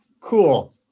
Cool